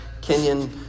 kenyan